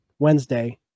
Wednesday